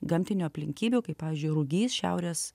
gamtinių aplinkybių kaip pavyzdžiui rugys šiaurės